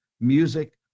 music